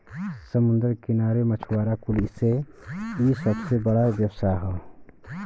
समुंदर के किनारे मछुआरा कुल से इ सबसे बड़ा व्यवसाय हौ